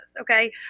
Okay